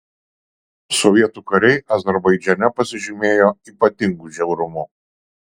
sovietų kariai azerbaidžane pasižymėjo ypatingu žiaurumu